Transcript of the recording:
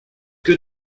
que